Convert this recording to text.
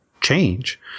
change